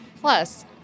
plus